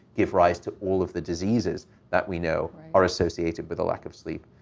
give rise to all of the diseases that we know are associated with a lack of sleep.